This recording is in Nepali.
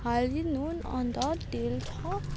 हल्दी नुन अनि त तेल हो